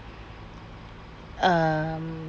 um